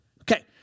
Okay